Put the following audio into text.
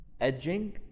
Edging